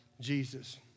Jesus